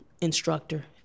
instructor